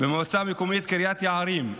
במועצה מקומית קריית יערים,